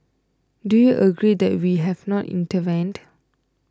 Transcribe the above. do you regret that we have not intervened